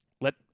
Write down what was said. Let